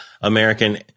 American